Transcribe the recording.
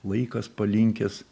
laikas palinkęs